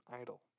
idol